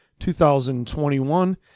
2021